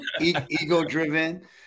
ego-driven